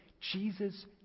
Jesus